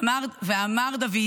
ואמר דוד